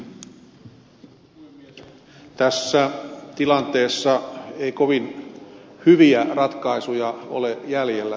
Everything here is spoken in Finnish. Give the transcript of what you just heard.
tässä tilanteessa ei kovin hyviä ratkaisuja ole jäljellä